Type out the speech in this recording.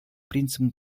принципом